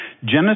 Genesis